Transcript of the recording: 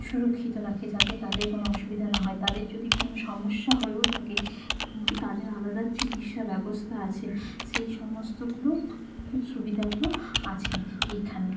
সুরক্ষিত রাখে যাতে তাদের কোনও অসুবিধা না হয় তাদের যদি কোনও সমস্যা হয়েও থাকে তাদের আলাদা চিকিৎসা ব্যবস্থা আছে সেই সমস্তগুলো সুবিধাগুলো আছে এইখানে